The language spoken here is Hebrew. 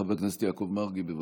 חבר הכנסת יעקב מרגי, בבקשה.